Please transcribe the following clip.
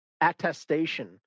attestation